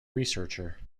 researcher